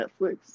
Netflix